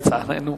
לצערנו,